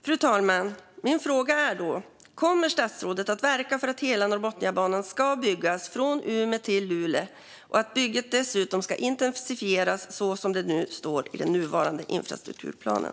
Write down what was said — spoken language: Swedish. Fru talman! Min fråga är därför: Kommer statsrådet att verka för att hela Norrbotniabanan ska byggas, från Umeå till Luleå, och att bygget dessutom ska intensifieras - så som det står i den nuvarande infrastrukturplanen?